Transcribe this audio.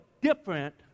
different